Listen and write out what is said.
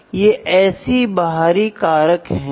इसलिए यह इतना महत्वपूर्ण क्यों है